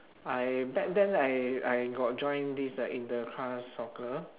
I back then I I got join this uh inter-class soccer